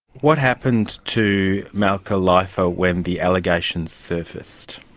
what happened to malka leifer when the allegations surfaced?